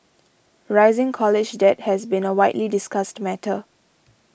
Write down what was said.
rising college debt has been a widely discussed matter